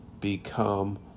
become